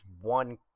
one